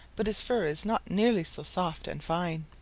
but his fur is not nearly so soft and fine.